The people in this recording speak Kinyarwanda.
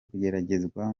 kugeragezwa